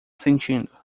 sentindo